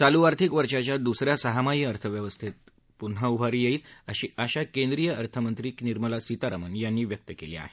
चालू आर्थिक वर्षाच्या दुस या सहामाहीत अर्थव्यवस्थेला पुन्हा उभारी येईल अशी आशा केंद्रीय अर्थमंत्री निर्मला सीतारामन यांनी व्यक्त केली आहे